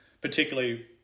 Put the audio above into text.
particularly